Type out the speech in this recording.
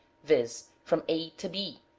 viz. from a to b,